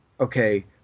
okay